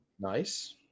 Nice